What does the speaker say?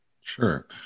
Sure